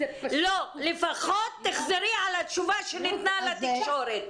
לפחות תחזרי על התשובה שניתנה לתקשורת.